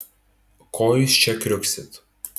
ko jūs čia kriuksit